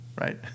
right